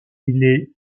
est